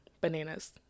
bananas